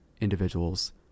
individuals